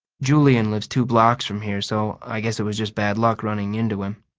julian lives two blocks from here, so i guess it was just bad luck running into him.